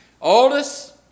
Oldest